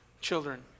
children